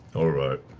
all right.